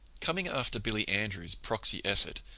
coming after billy andrews' proxy effort,